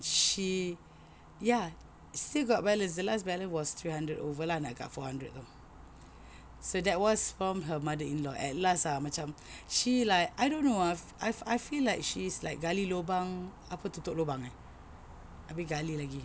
she ya still got balance the last balance was three hundred over lah nak dekat four hundred so that was from her mother-in-law at last ah macam she like I don't know ah I I feel like she's like gali lubang apa tutup lubang eh abeh gali lagi